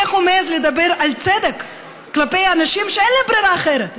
איך הוא מעז לדבר על צדק כלפי האנשים שאין להם ברירה אחרת?